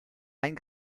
ein